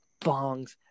Bongs